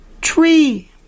tree